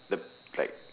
the like